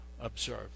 observe